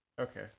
Okay